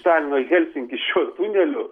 talino į helsinkį šiuo tuneliu